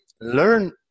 learn